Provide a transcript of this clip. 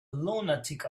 lunatic